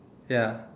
ya